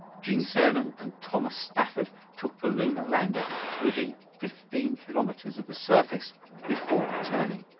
gene cernan and thomas stafford took the lunar lander to within fifteen kilometers of the surface before returning.